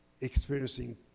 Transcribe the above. experiencing